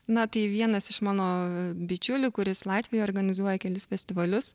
na tai vienas iš mano bičiulių kuris latvijoj organizuoja kelis festivalius